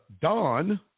Don